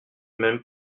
même